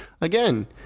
Again